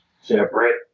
Separate